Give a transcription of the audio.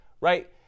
right